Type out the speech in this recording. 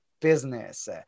business